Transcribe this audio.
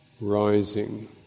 rising